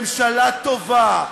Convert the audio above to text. ממשלה טובה,